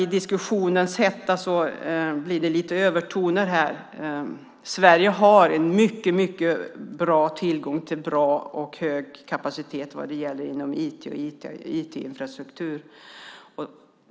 I diskussionens hetta blir det lite övertoner här. Sverige har en mycket god tillgång till bra och hög kapacitet inom IT.